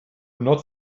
not